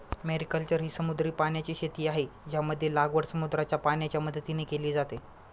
mariculture ही समुद्री पाण्याची शेती आहे, ज्यामध्ये लागवड समुद्राच्या पाण्याच्या मदतीने केली जाते